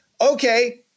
okay